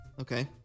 Okay